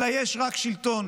אלא יש רק שלטון.